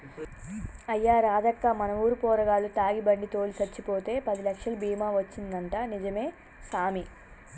అయ్యా రాదక్కా మన ఊరు పోరగాల్లు తాగి బండి తోలి సచ్చిపోతే పదిలచ్చలు బీమా వచ్చిందంటా నిజమే సామి